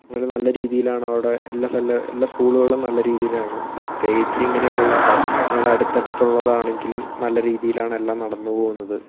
അവർ നല്ല രീതിയിൽ ആണ് അവിടെ എല്ലാ സ്കൂളുകളും നല്ല രീതിയിലാണ് പ്രത്യേകിച്ച് ഇങ്ങനെയുള്ള നമ്മുടെ അടുത്ത് അടുത്ത് ഉള്ളതാണെങ്കിലും നല്ല രീതിയിൽ ആണ് എല്ലാം നടന്നു പോകുന്നത്